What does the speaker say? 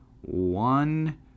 one